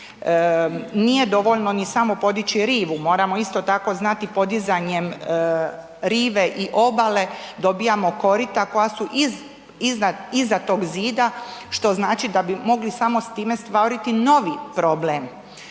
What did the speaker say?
Nije dovoljno ni samo podići rivu, moramo isto tako znati, podizanjem rive i obale dobijamo korita koja su iza tog zida što znači da bi mogli samo s time stvoriti novi problem.